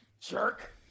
jerk